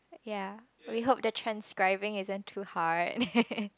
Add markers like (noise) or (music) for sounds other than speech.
ya we hope the transcribing isn't too hard (laughs)